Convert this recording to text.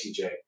TJ